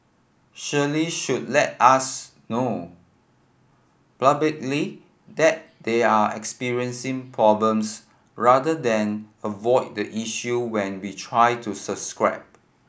surely should let us know publicly that they're experiencing problems rather than avoid the issue when we try to subscribe